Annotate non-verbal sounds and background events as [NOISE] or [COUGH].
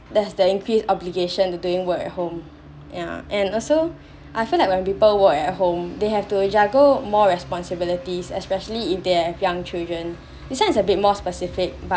there's the increase obligation to doing work at home yeah and also [BREATH] I feel like when people work at home they have to juggle more responsibilities especially if they have young children [BREATH] it sounds a bit more specific but